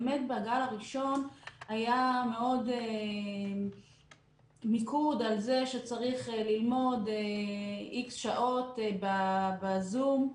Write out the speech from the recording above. באמת בגל הראשון היה מיקוד על זה שצריך ללמוד אקס שעות בזום.